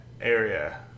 area